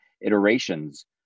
iterations